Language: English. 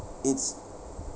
it's